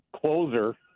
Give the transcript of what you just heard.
closer